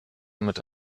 mit